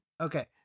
Okay